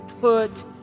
put